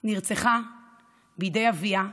נרצחה בידי אביה,